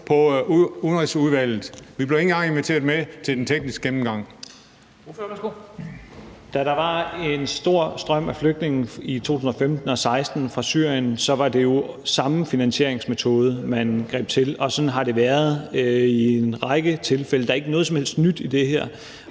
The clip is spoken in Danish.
Dam Kristensen): Ordføreren, værsgo. Kl. 13:32 Rasmus Stoklund (S): Da der var en stor strøm af flygtninge i 2015 og 2016 fra Syrien, var det jo samme finansieringsmetode, man greb til, og sådan har det været i en række tilfælde. Der er ikke noget som helst nyt i det her.